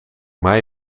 mij